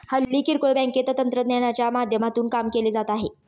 हल्ली किरकोळ बँकेत तंत्रज्ञानाच्या माध्यमातून काम केले जात आहे